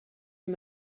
you